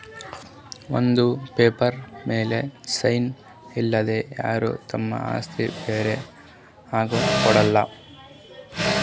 bond paper ಮ್ಯಾಲ್ sign ಇರಲಾರ್ದೆ ಯಾರು ತಮ್ ಆಸ್ತಿ ಬ್ಯಾರೆ ಯಾರ್ಗು ಕೊಡಲ್ಲ